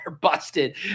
busted